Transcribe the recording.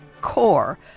core